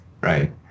Right